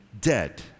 dead